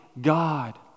God